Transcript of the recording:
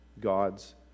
God's